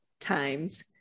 times